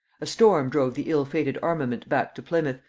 a storm drove the ill-fated armament back to plymouth,